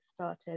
started